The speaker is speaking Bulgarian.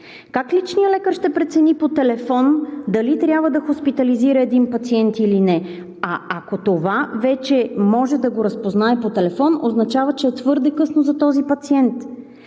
Как личният лекар ще прецени по телефон дали трябва да хоспитализира един пациент или не? А ако вече може да го разпознае по телефон, означава, че е твърде късно за този пациент.